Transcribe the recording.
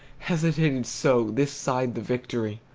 hesitated so this side the victory!